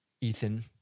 Ethan